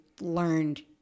learned